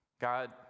God